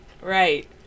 right